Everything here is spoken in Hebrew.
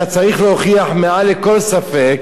אתה צריך להוכיח מעל לכל ספק